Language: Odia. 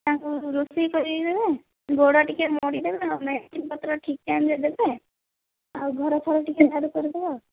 ଆଉ ରୋଷେଇ କରିଦେବେ ଗୋଡ଼ ଟିକେ ମୋଡ଼ି ଦେବେ ଆଉ ମେଡ଼ିସିନ ପତ୍ର ଠିକ ଟାଇମ୍ ରେ ଦେବେ ଆଉ ଘର ଫର ଟିକେ ଝାଡ଼ୁ କରିଦେବେ ଆଉ